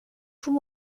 出没